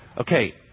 Okay